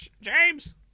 James